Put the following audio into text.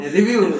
Review